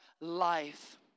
life